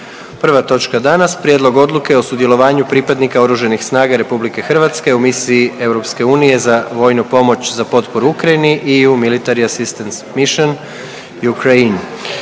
na glasovanje Prijedlog Odluke o sudjelovanju pripadnika Oružanih snaga RH u misiji EU za vojnu pomoć za potporu Ukrajini „EU Military Assistance Mission – Ukraine“.